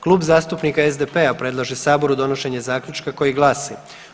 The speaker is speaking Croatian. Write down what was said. Klub zastupnika SDP-a predlaže saboru donošenje zaključka koji glasi.